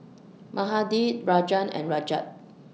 Mahade Rajan and Rajat